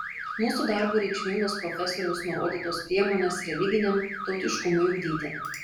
mūsų darbui reikšmingos profesoriaus nurodytos priemonės religiniam tautiškumui ugdyti